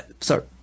Sorry